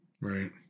right